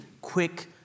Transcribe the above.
quick